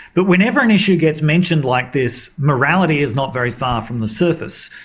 but whenever an issue gets mentioned like this, morality is not very far from the surface.